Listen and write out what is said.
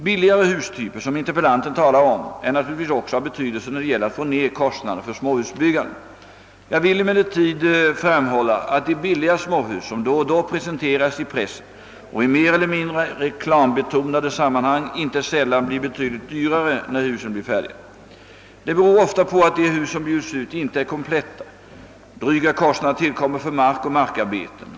Billigare hustyper, som interpellanten talar om, är naturligtvis också av betydelse när det gäller att få ner kostnaderna för småhusbyggandet. Jag vill emellertid framhålla att de billiga småhus som då och då presenteras i pressen och i mer eller mindre reklambetonade sammanhang, inte sällan blir betydligt dyrare när husen blir färdiga. Det beror ofta på att de hus som bjuds ut inte är kompletta. Dryga kostnader tillkommer för mark och markarbeten.